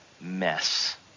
mess